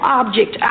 object